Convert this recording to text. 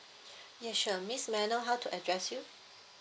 yes sure miss may I know how to address you